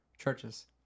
Churches